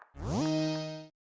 we